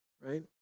right